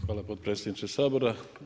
Hvala potpredsjedniče Sabora.